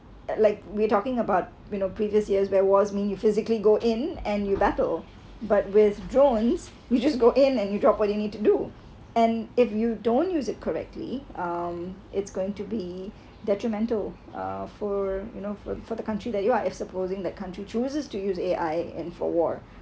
like we talking about when know previous years where was mean you physically go in and you battle but with drawings you just go in and you drop what you need to do and if you don't use it correctly um it's going to be detrimental uh for you know for for the country that you have if supposing that country chooses to use A_I and for war